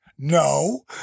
No